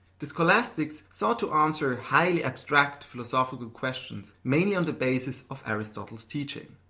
the scholastics saw to answer highly abstract philosophical questions mainly on the basis of aristotle's teaching.